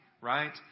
Right